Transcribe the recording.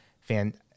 fan